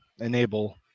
enable